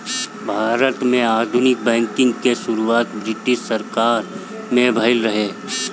भारत में आधुनिक बैंकिंग के शुरुआत ब्रिटिस सरकार में भइल रहे